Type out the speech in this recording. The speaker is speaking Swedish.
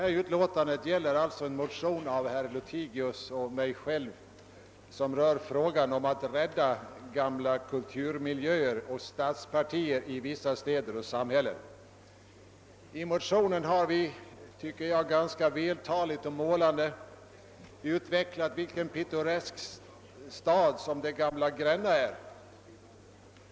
Detta utlåtande behandlar en motion av herr Lothigius och mig själv om angelägenheten av att rädda gamla kulturmiljöer och stadspartier i vissa städer och samhällen. Vi har i motionen, i mitt tycke ganska vältaligt och målande, utvecklat vilken pittoresk stad det gamla Gränna är.